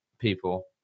people